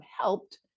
helped